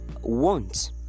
want